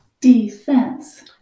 defense